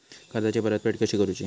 कर्जाची परतफेड कशी करुची?